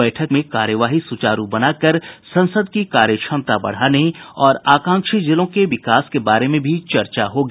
बैठक में कार्यवाही सुचारु बनाकर संसद की कार्य क्षमता बढ़ाने और आकांक्षी जिलों के विकास के बारे में भी चर्चा होगी